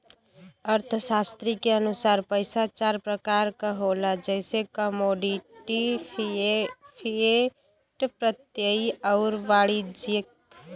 अर्थशास्त्री के अनुसार पइसा चार प्रकार क होला जइसे कमोडिटी, फिएट, प्रत्ययी आउर वाणिज्यिक